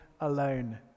alone